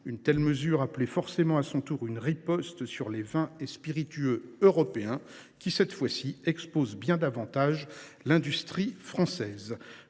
Une telle mesure appelait forcément à son tour une riposte américaine sur les vins et spiritueux européens. Celle ci, cette fois, expose bien davantage l’économie française.